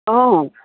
অঁ